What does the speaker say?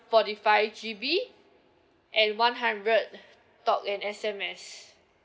forty five G_B and one hundred talk and S_M_S